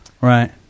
Right